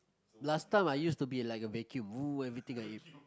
last time I use to be like a vacuum everything I eat